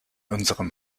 unserem